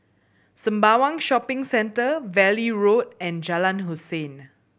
Sembawang Shopping Centre Valley Road and Jalan Hussein